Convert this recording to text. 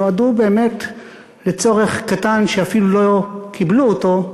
שנועדו באמת לצורך קטן שאפילו לא קיבלו אותו,